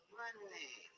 money